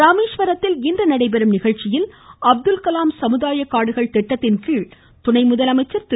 ராமேஸ்வரத்தில் இன்று நடைபெறும் நிகழ்ச்சியில் அப்துல்கலாம் சமுதாயக் காடுகள் திட்டத்தின் கீழ் துணை முதலமைச்சர் திரு